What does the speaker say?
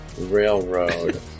Railroad